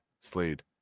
Slade